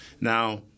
Now